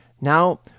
Now